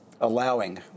allowing